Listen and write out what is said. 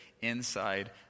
inside